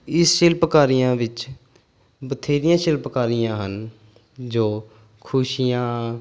ਇਹ ਸ਼ਿਲਪਕਾਰੀਆਂ ਵਿੱਚ ਬਥੇਰੀਆਂ ਸ਼ਿਲਪਕਾਰੀਆਂ ਹਨ ਜੋ ਖੁਸ਼ੀਆਂ